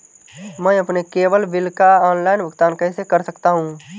मैं अपने cable bill का ऑनलाइन भुगतान कैसे कर सकता हूं?